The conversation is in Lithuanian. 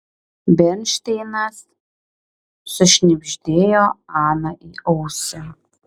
bernšteinas sušnibždėjo ana į ausį